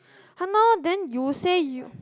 !huh! no then you say you